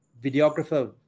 videographer